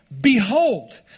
behold